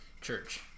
church